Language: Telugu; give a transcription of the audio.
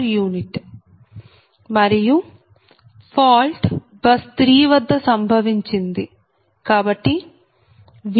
u మరియు ఫాల్ట్ బస్ 3 వద్ద సంభవించింది కాబట్టి V3f0